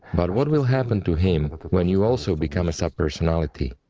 but what will happen to him when you also become a subpersonality?